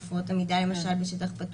הופעות עמידה למשל בשטח פתוח,